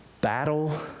Battle